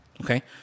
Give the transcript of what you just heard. okay